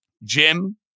Jim